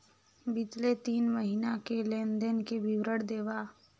बितले तीन महीना के लेन देन के विवरण देवा?